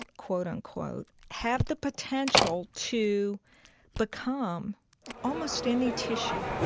quote unquote, have the potential to become almost any tissue.